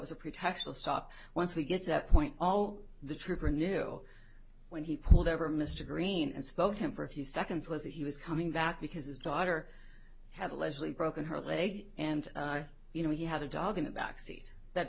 was a pretext will stop once we get to that point all the trooper knew when he pulled over mr green and spoke to him for a few seconds was that he was coming back because his daughter had allegedly broken her leg and you know he had a dog in the back seat that